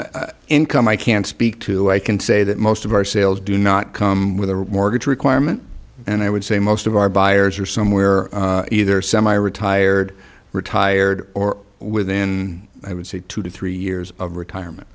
impact income i can't speak to i can say that most of our sales do not come with a mortgage requirement and i would say most of our buyers are somewhere either semi retired retired or within i would say two to three years of retirement